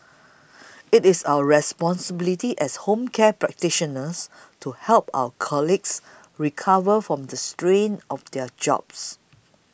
it is our responsibility as home care practitioners to help our colleagues recover from the strain of their jobs